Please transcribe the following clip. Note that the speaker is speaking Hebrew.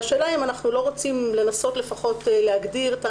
והשאלה אם אנחנו לא רוצים לנסות לפחות להגדיר תא